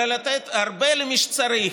אלא לתת הרבה למי שצריך,